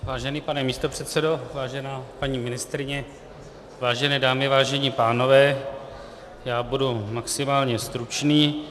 Vážený pane místopředsedo, vážená paní ministryně, vážené dámy, vážení pánové, budu maximálně stručný.